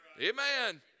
Amen